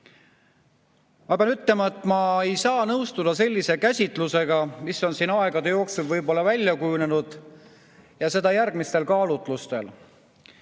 Ma pean ütlema, et ma ei saa nõustuda sellise käsitlusega, mis on siin aegade jooksul võib-olla välja kujunenud. Seda järgmistel kaalutlustel.